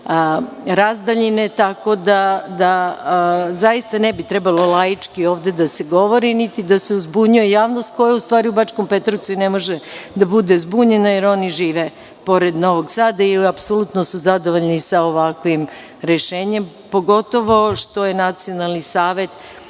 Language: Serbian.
razdaljine. Tako da zaista ne bi trebalo lajički ovde da se govori, niti da se uzbunjuje javnost koja u stvari u Bačkom Petrovcu i ne može da bude zbunjena jer oni žive pored Novog Sada i apsolutno su zadovoljni sa ovakvim rešenjem, pogotovo što je Nacionalni savet